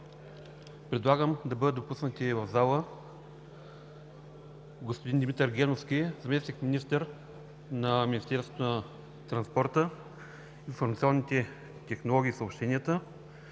Предлагам да бъдат допуснати в залата: господин Димитър Геновски – заместник-министър на Министерството на транспорта, информационните технологии и съобщенията;